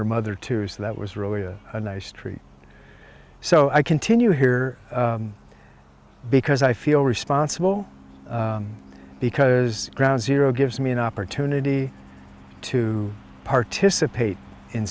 her mother too so that was really a nice treat so i continue here because i feel responsible because ground zero gives me an opportunity to participate in